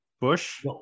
bush